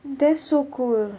that's so cool